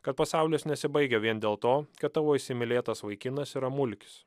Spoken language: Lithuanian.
kad pasaulis nesibaigia vien dėl to kad tavo įsimylėtas vaikinas yra mulkis